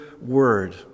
word